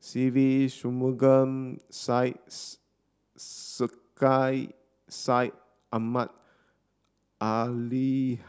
Se Ve Shanmugam Syed Sheikh Syed Ahmad Al